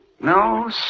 No